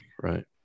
Right